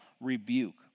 rebuke